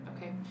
Okay